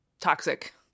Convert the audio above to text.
toxic